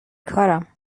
کارم